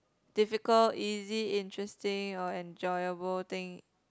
difficult easy interesting or enjoyable thing